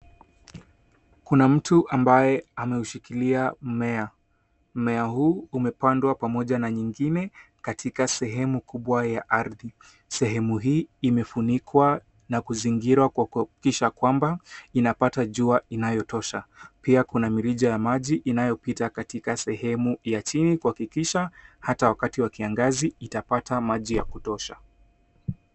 Kuna mtu ambaye anaushikilia mmea. Mmea huu umepandwa pamoja na nyingine katika sehemu kubwa ya ardhi. Sehemu hii imefunikwa na kuzingirwa kwa kuhakikisha kwamba inapata jua inayotosha. Pia kuna mirija ya maji inayopita katika sehemu ya chini kuhakikisha hata wakati wa kiangazi itapata maji ya kutosha.